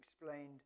explained